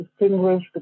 distinguish